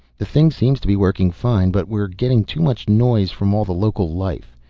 the thing seems to be working fine, but we're getting too much noise from all the local life.